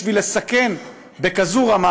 לסכן ברמה